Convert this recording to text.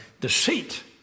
deceit